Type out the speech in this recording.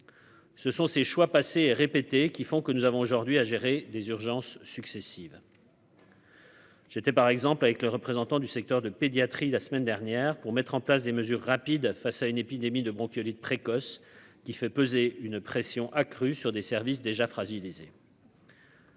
Ce sont ces choix passés répétées qui font que nous avons aujourd'hui à gérer des urgences successives. J'étais par exemple avec les représentants du secteur de pédiatrie, la semaine dernière pour mettre en place des mesures rapides face à une épidémie de bronchiolite précoce qui fait peser une pression accrue sur des services déjà fragilisé.